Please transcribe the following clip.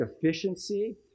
efficiency